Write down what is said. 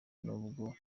nubwo